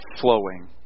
flowing